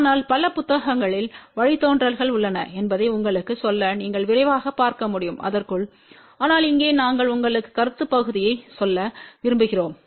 ஆனால் பல புத்தகங்களில் வழித்தோன்றல்கள் உள்ளன என்பதை உங்களுக்குச் சொல்ல நீங்கள் விரைவாகப் பார்க்க முடியும் அதற்குள் ஆனால் இங்கே நாங்கள் உங்களுக்கு கருத்து பகுதியை சொல்ல விரும்புகிறோம்